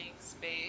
space